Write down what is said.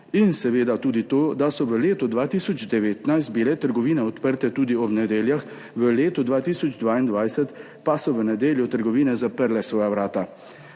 in seveda tudi to, da so bile v letu 2019 trgovine odprte tudi ob nedeljah, v letu 2022 pa so v nedeljo trgovine zaprle svoja vrata.